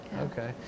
okay